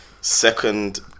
second